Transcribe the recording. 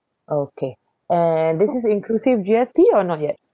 okay and this is inclusive G_S_T or not yet